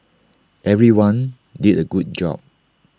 everyone did A good job